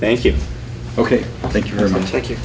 thank you ok thank you very much like you